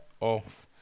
off